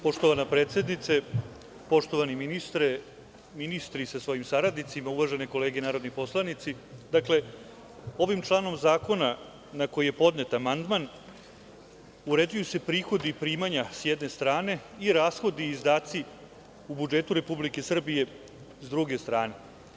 Poštovana predsednice, poštovani ministri sa svojim saradnicima, uvažene kolege narodni poslanici, dakle, ovim članom zakona na koji je podnet amandman uređuju se prihodi i primanja sa jedne strane i rashodi i izdaci u budžetu Republike Srbije, sa druge strane.